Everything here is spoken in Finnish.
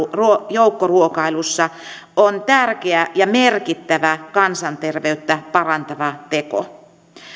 joukkoruokailussa on tärkeä ja merkittävä kansanterveyttä parantava teko